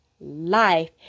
life